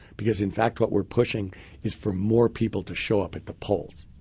because in fact what we're pushing is for more people to show up at the polls.